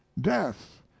death